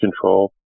control